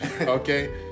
Okay